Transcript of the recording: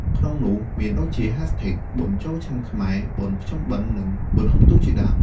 ក្នុងនោះមានដូចជា hashtag #បុណ្យចូលឆ្នាំខ្មែរ #បុណ្យភ្ជុំបិណ្ឌ និង #បុណ្យអ៊ុំទូក ជាដើម។